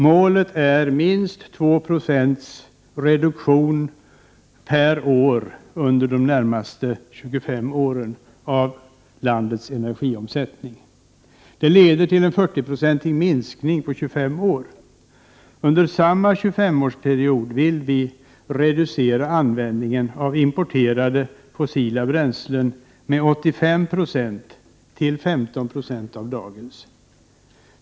Målet är minst två procents reduktion per år av landets energiomsättning under de närmaste 25 åren. Det leder till en 40-procentig minskning på 25 år. Under samma 25-årsperiod vill vi reducera användningen av importerade fossila bränslen med 85 96 till 15 96o av dagens.